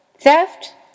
theft